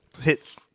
hits